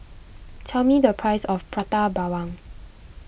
tell me the price of Prata Bawang